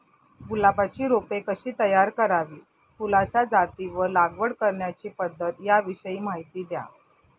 गुलाबाची रोपे कशी तयार करावी? फुलाच्या जाती व लागवड करण्याची पद्धत याविषयी माहिती द्या